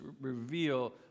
reveal